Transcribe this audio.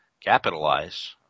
capitalize